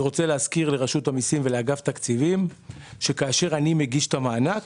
אני רוצה להזכיר לרשות המיסים ולאגף התקציבים שכאשר אני מגיש בקשה למענק